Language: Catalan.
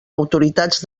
autoritats